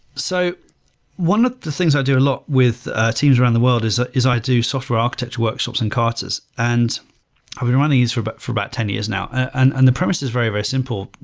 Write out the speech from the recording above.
so one of the things i do a lot with teams around the world is ah is i do software architecture workshops in carters, and i've been running this for but for about ten years now. and and the premise is very very simple,